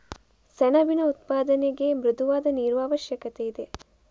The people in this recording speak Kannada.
ಸೆಣಬಿನ ಉತ್ಪಾದನೆಗೆ ಮೃದುವಾದ ನೀರು ಅವಶ್ಯಕತೆಯಿದೆ